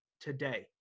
today